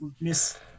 Miss